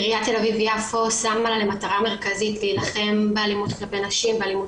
עיריית תל אביב יפו שמה מטרה מרכזית להילחם באלימות נגד נשים ואלימות